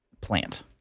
plant